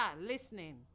listening